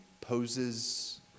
poses